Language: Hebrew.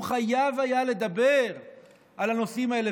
הוא חייב היה לדבר על הנושאים האלה,